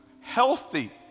healthy